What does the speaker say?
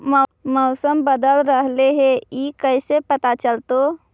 मौसम बदल रहले हे इ कैसे पता चलतै?